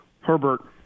Herbert